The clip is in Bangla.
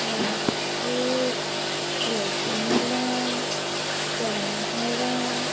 রাজভোগ রসমালাই প্রাণহরা